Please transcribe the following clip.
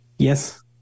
Yes